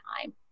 time